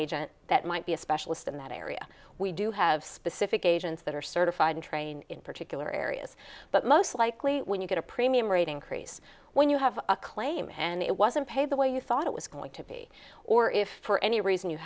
agent that might be a specialist in that area we do have specific agents that are certified and trained in particular areas but most likely when you get a premium rate increase when you have a claim and it wasn't paid the way you thought it was going to be or if for any reason you